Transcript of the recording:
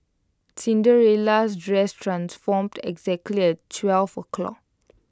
Cinderella's dress transformed exactly at twelve o'clock